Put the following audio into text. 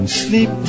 sleep